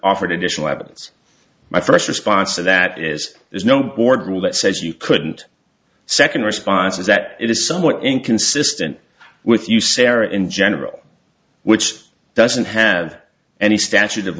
offered additional evidence my first response to that is there's no border rule that says you couldn't second response is that it is somewhat inconsistent with you sara in general which doesn't have any statute of